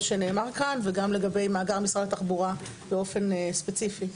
שנאמר כאן וגם לגבי מאגר משרד התחבורה באופן ספציפי.